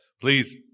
please